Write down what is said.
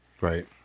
Right